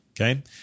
Okay